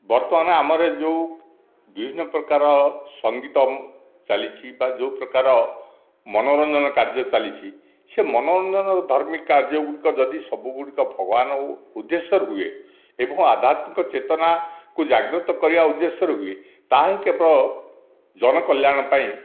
ବର୍ତ୍ତମାନ ଆମର ଯେଉଁ ବିଭିନ୍ନ ପ୍ରକାର ସଙ୍ଗୀତ ଚାଲିଛି ବା ଯେଉଁ ପ୍ରକାର ମନୋରଞ୍ଜନ କାର୍ଯ୍ୟ ଚାଲିଛି ସେ ମନୋରଞ୍ଜନର ଧର୍ମିକ କାର୍ଯ୍ୟ ଗୁଡ଼ିକ ଯଦି ସବୁଗୁଡ଼ିକ ଭଗଵାନଙ୍କ ଉଦେଶ୍ୟରେ ହୁଏ ଏବଂ ଆଧ୍ୟାତ୍ମିକ ଚେତନାକୁ ଜାଗ୍ରତ କରିବା ଉଦେଶ୍ୟରେ ହୁଏ ତାହାହିଁ କେବଳ ଜନକଲ୍ୟାଣ ପାଇଁ